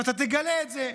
ואתה תגלה את זה.